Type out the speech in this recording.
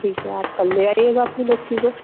ठीक है आप कल ले आइएगा अपनी बच्ची को